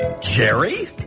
Jerry